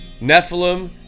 Nephilim